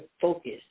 focus